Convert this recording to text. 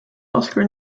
oscar